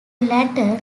latter